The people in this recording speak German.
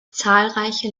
zahlreiche